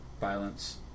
violence